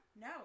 No